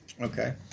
Okay